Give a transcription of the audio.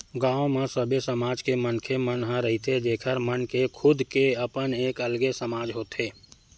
गाँव म सबे समाज के मनखे मन ह रहिथे जेखर मन के खुद के अपन एक अलगे समाज होथे